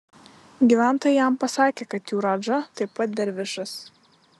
gyventojai jam pasakė kad jų radža taip pat dervišas